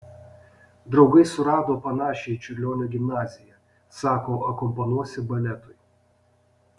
draugai surado panašią į čiurlionio gimnaziją sako akompanuosi baletui